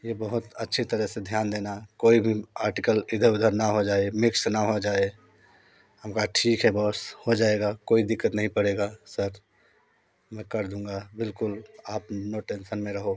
ये बहुत अच्छी तरह से ध्यान देना कोई भी आर्टिकल इधर उधर न हो जाए मिक्स न हो जाए हम कहा ठीक है बॉस हो जाएगा कोई दिक्कत नहीं पड़ेगा सर मैं कर दूँगा बिल्कुल आप नो टेंसन में रहो